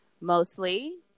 mostly